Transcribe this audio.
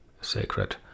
sacred